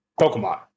Pokemon